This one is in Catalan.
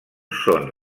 són